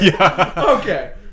Okay